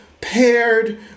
Paired